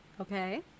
okay